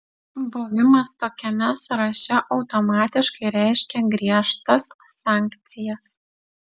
buvimas tokiame sąraše automatiškai reiškia griežtas sankcijas